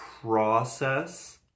process